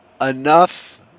enough